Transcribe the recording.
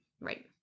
Right